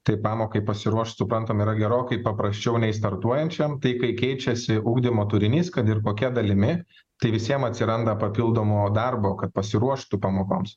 tai pamokai pasiruošt suprantam yra gerokai paprasčiau nei startuojančiam tai kai keičiasi ugdymo turinys kad ir kokia dalimi tai visiem atsiranda papildomo darbo kad pasiruoštų pamokoms